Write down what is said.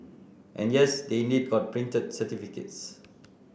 and yes they indeed got printed certificates